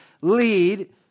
lead